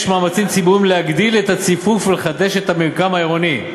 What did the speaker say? מאמצים ציבוריים להגביר את הציפוף ולחדש את המרקם העירוני.